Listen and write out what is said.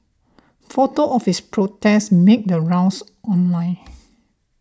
photos of his protest made the rounds online